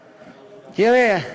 תראה,